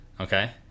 okay